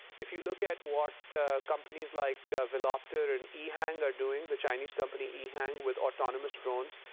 if you look at what companies like velopter and ehang are doing the chinese company, ehang with autonomous drones.